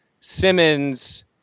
simmons